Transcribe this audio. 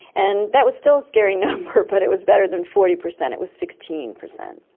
and that was still a scary number but it was better than forty percent, it was sixteen percent.